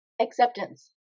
acceptance